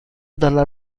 dalla